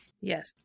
Yes